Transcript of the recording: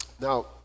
Now